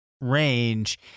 range